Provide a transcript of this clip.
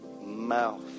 mouth